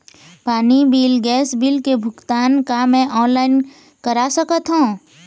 पानी bill gas bill के भुगतान का मैं ऑनलाइन करा सकथों?